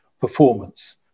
performance